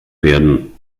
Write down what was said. werden